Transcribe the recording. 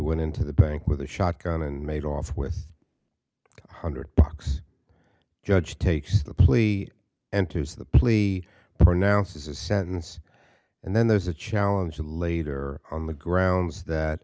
went into the bank with a shotgun and made off with a hundred bucks judge takes the plea enters the plea but announces a sentence and then there's a challenge to later on the grounds that